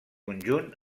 conjunt